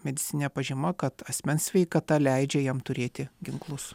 medicininė pažyma kad asmens sveikata leidžia jam turėti ginklus